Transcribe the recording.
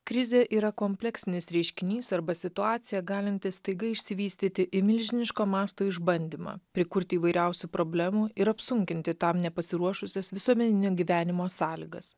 krizė yra kompleksinis reiškinys arba situacija galinti staiga išsivystyti į milžiniško masto išbandymą prikurti įvairiausių problemų ir apsunkinti tam nepasiruošusias visuomeninio gyvenimo sąlygas